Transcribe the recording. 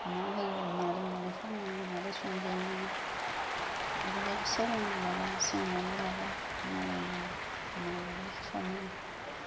मा होयो माबोरै माबोरै खालामो माबोरै संजेनो बेफोरखौबो सोलोंना लाबाय सोंनानै लाबाय मालायनाव माबोरै सङो